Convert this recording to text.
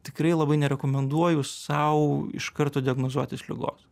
tikrai labai nerekomenduoju sau iš karto diagnozuotis ligos